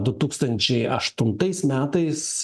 du tūkstančiai aštuntais metais